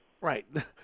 right